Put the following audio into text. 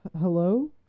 Hello